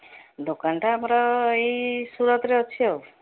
ଦୋକାନଟା ଆମର ଏଇ ସୁରଟରେ ଅଛି ଆଉ